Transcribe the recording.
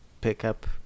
pickup